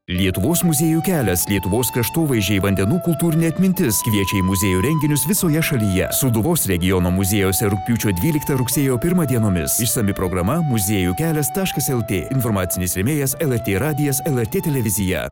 lietuvos muziejų kelias lietuvos kraštovaizdžiai vandenų kultūrinė atmintis kviečia į muziejų renginius visoje šalyje sūduvos regiono muziejuose rugpjūčio dvyliktą rugsėjo pirmą dienomis išsami programa muziejų kelias taškas lt informacinis rėmėjas lrt radijas lrt televizija